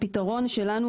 הפתרון שלנו,